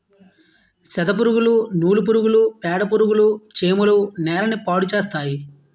సెదపురుగులు నూలు పురుగులు పేడపురుగులు చీమలు నేలని పాడుచేస్తాయి